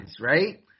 right